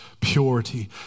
purity